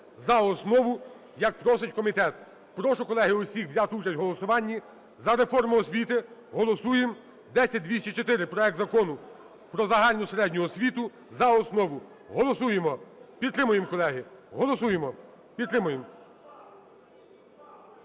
за основу, як просить комітет. Прошу, колеги, усіх взяти участь у голосуванні. За реформу освіти голосуємо – 10204 - проект Закону про загальну середню освіту за основу. Голосуємо. Підтримуємо, колеги. Голосуємо, підтримуємо.